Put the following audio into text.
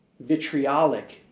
vitriolic